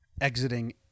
exiting